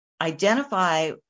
Identify